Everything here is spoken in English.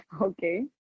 Okay